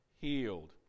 healed